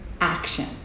action